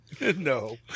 No